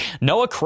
Noah